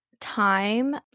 time